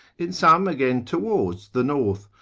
in some again towards the north,